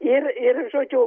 ir ir žodžiu